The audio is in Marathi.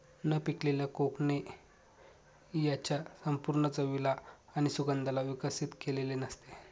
न पिकलेल्या कोकणे त्याच्या संपूर्ण चवीला आणि सुगंधाला विकसित केलेले नसते